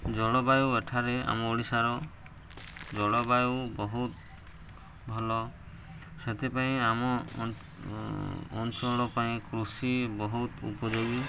ଜଳବାୟୁ ଏଠାରେ ଆମ ଓଡ଼ିଶାର ଜଳବାୟୁ ବହୁତ ଭଲ ସେଥିପାଇଁ ଆମ ଅଞ୍ଚଳ ପାଇଁ କୃଷି ବହୁତ ଉପଯୋଗୀ